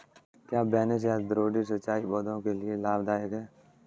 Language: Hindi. क्या बेसिन या द्रोणी सिंचाई पौधों के लिए लाभदायक है?